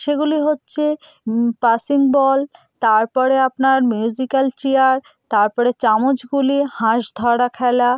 সেগুলি হচ্ছে passing ball তারপরে আপনার মিউজিক্যাল চেয়ার তারপরে চামচগুলি হাঁস ধরা খেলা